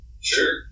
Sure